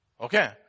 Okay